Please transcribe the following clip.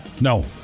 No